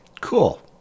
Cool